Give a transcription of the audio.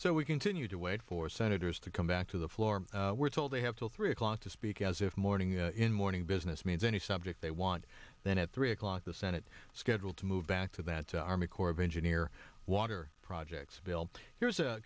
so we continue to wait for senators to come back to the floor we're told they have two or three o'clock to speak as if morning in morning business means any subject they want then at three o'clock the senate scheduled to move back to that the army corps of engineer water projects bill here's a